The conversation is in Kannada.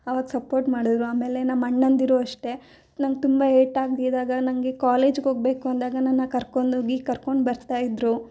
ಅವಾಗ ಸಪೋರ್ಟ್ ಮಾಡಿದ್ರು ಆಮೇಲೆ ನಮ್ಮಣ್ಣಂದಿರೂ ಅಷ್ಟೇ ನಂಗೆ ತುಂಬ ಏಟಾಗಿದ್ದಾಗ ನನಗೆ ಕಾಲೇಜ್ಗೋಗಬೇಕು ಅಂದಾಗ ನನ್ನ ಕರ್ಕೊಂಡೋಗಿ ಕರ್ಕೊಂಡು ಬರ್ತಾಯಿದ್ದರು